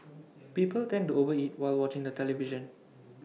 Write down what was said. people tend to over eat while watching the television